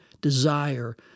desire